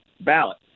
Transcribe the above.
ballot